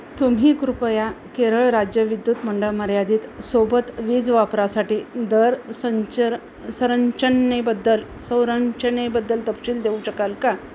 तुम्ही कृपया केरळ राज्य विद्युत मंडळ मर्यादित सोबत वीज वापरासाठी दर संंचर संरचनेबद्दल संरचनेबद्दल तपशील देऊ शकाल का